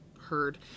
heard